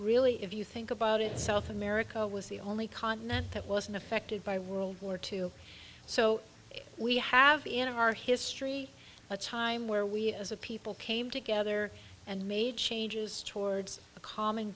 really if you think about it south america was the only continent that wasn't affected by world war two so we have in our history a time where we as a people came together and made changes towards a common